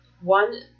one